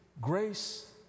grace